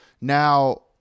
Now